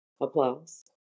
Applause